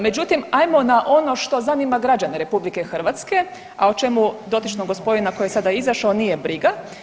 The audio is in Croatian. Međutim, ajmo na ono što zanima građane RH, a o čemu dotičnog gospodina koji je sada izašao nije briga.